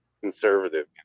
conservative